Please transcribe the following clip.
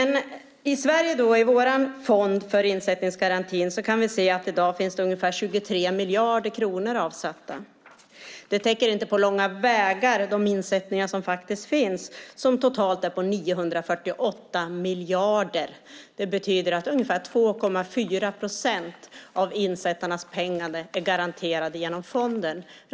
I vår fond i Sverige för insättningsgarantin finns det i dag ungefär 23 miljarder kronor avsatta. Det täcker inte på långa vägar de insättningar som faktiskt finns som är på totalt 948 miljarder. Det betyder att ungefär 2,4 procent av insättarnas pengar är garanterade genom fonden.